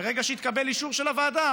וברגע שיתקבל אישור של הוועדה